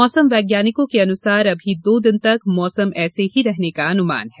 मौसम वैज्ञानिकों के अनुसार अभी दो दिन तक मौसम ऐसे ही रहने का अनुमान है